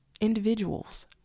individuals